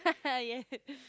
yes